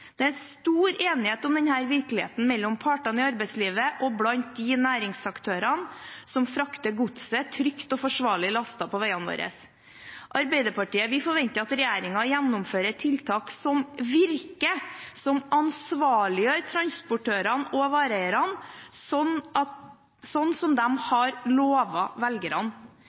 Det er stor enighet om denne virkeligheten mellom partene i arbeidslivet og blant de næringsaktørene som frakter godset trygt og forsvarlig på veiene våre. Vi i Arbeiderpartiet forventer at regjeringen gjennomfører tiltak som virker, og som ansvarliggjør transportørene og